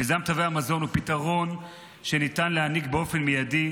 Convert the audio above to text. מיזם תווי המזון הוא פתרון שניתן להעניק באופן מיידי,